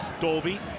Dolby